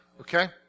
okay